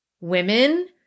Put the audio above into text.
women